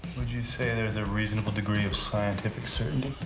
would you say there's a reasonable degree of scientific certainty?